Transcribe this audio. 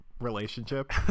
relationship